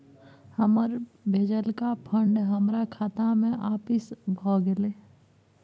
हमर भेजलका फंड हमरा खाता में आपिस भ गेलय